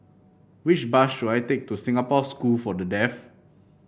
which bus should I take to Singapore School for the Deaf